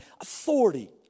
authority